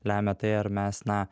lemia tai ar mes na